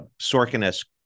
sorkin-esque